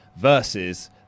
versus